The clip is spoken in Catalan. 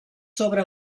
sobre